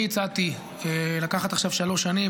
אני הצעתי לקחת עכשיו שלוש שנים,